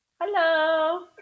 Hello